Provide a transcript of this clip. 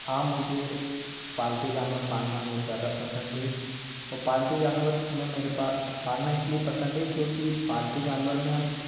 हाँ मुझे पालतू जानवर पालना बहोत ज़्यादा पसंद है और पालतू जानवर मैं मेरे पलना इस लिए पसंद है क्योंकि पालतू जानवर में हम